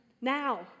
Now